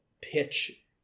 pitch